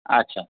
अच्छा